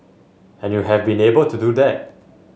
and you have been able to do that